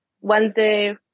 Wednesday